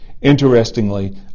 Interestingly